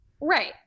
Right